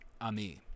Ami